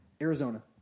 Arizona